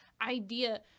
idea